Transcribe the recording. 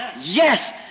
Yes